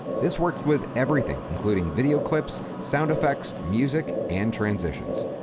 this worked with everything including video clips, sound effects, music, and transitions.